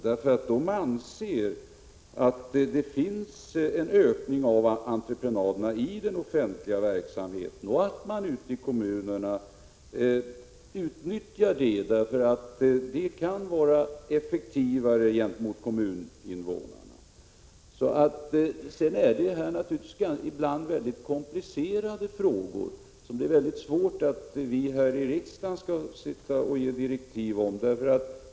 Centerpartiet anser att entreprenaderna ökat i den offentliga verksamheten och att man ute i kommunerna utnyttjar möjligheten till entreprenad då det kan vara effektivare från kommuninvånarnas synpunkt. Sedan är det naturligtvis ibland fråga om komplicerade ställningstaganden som det är svårt för oss här i riksdagen att ge direktiv om.